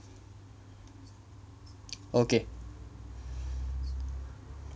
okay